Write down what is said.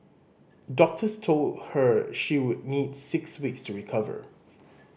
doctors told her she would need six weeks to recover